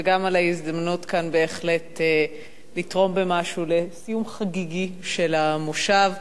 וגם על ההזדמנות כאן בהחלט לתרום במשהו לסיום חגיגי של המושב.